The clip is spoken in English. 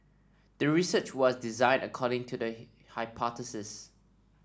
the research was designed according to the hypothesis